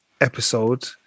episode